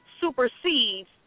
supersedes